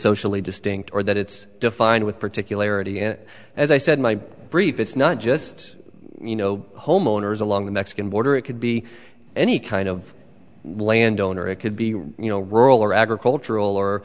socially distinct or that it's defined with particularity and as i said my brief it's not just you know homeowners along the mexican border it could be any kind of landowner it could be you know rural or agricultural or